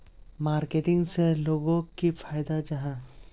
Marketing से लोगोक की फायदा जाहा?